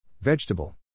Vegetable